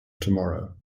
tomorrow